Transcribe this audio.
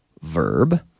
verb